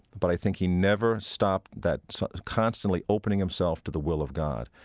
but i think he never stopped that sort of constantly opening himself to the will of god.